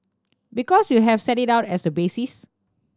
because you have set it out as a basis